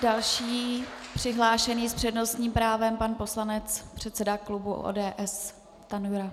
Další přihlášený s přednostním právem, pan poslanec, předseda klubu ODS Stanjura.